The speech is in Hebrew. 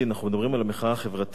אנחנו מדברים על המחאה החברתית,